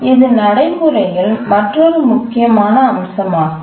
இது நடைமுறையில் மற்றொரு முக்கியமான அம்சமாகும்